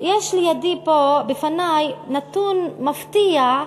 יש לידי, פה, בפני, נתון מפתיע.